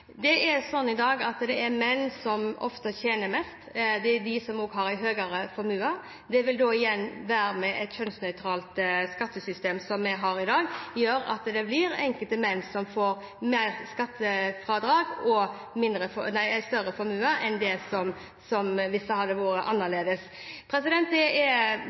Det er sånn i dag at det er menn som ofte tjener mest, og det er de som også har høyere formue. Det vil igjen – med et kjønnsnøytralt skattesystem, som vi har i dag – gjøre at enkelte menn får mer skattefradrag og større formue enn hvis det hadde vært annerledes. Det er noe som jeg ikke ønsker å endre på. Det er